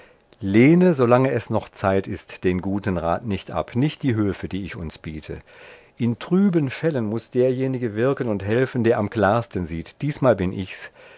solange es noch zeit ist den guten rat nicht ab nicht die hülfe die ich uns biete in trüben fällen muß derjenige wirken und helfen der am klarsten sieht diesmal bin ichs